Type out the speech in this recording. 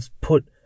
put